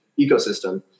ecosystem